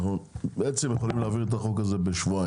אנחנו בעצם יכולים להעביר את החוק הזה בשבועיים.